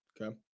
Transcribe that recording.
Okay